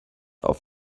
auf